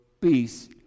peace